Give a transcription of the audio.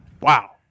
Wow